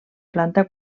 planta